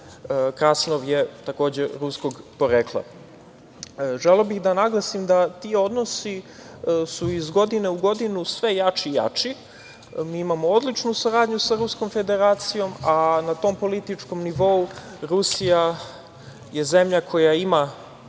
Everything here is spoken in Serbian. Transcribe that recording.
Krasnov je takođe ruskog porekla. Želeo bih da naglasim da su ti odnosi iz godine u godinu sve jači i jači. Mi imamo odličnu saradnju sa Ruskom Federacijom, a na tom političkom nivou Rusija je zemlja koja ima